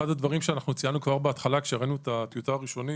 אחד הדברים שציינו כבר בהתחלה כשראינו את הטיוטה הראשונית,